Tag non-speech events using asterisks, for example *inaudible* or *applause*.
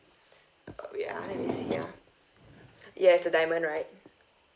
*breath* wait ah let me see ah yes the diamond right